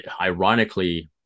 ironically